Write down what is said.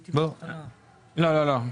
לא.